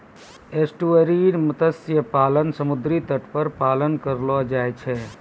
estuarine मत्स्य पालन समुद्री तट पर पालन करलो जाय छै